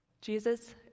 Jesus